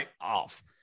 off